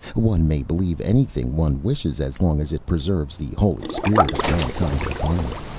one may believe anything one wishes, as long as it preserves the holy spirit of mankind incarnate.